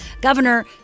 Governor